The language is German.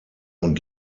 und